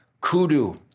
Kudu